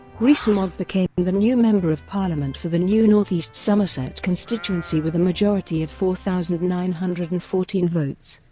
rees-mogg became and the new member of parliament for the new north east somerset constituency with a majority of four thousand nine hundred and fourteen votes.